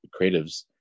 creatives